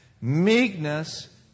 meekness